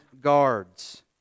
guards